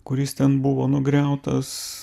kuris ten buvo nugriautas